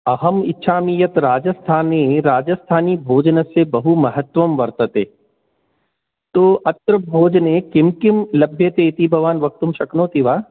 अहम् इच्छामि यत् राजस्थानी राजस्थानी भोजनस्य बहुमहत्त्वं वर्तते तु अत्र भोजने किं किं लभ्यते इति भवान् वक्तुं शक्नोति वा